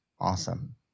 awesome